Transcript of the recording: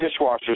dishwashers